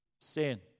sin